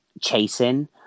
chasing